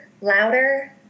louder